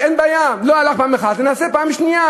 אין בעיה: לא הלך פעם אחת, ננסה פעם שנייה.